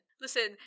listen